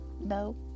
No